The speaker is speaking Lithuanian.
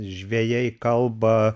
žvejai kalba